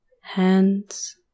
hands